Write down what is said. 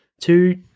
two